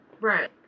Right